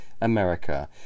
America